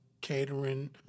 catering